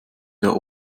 der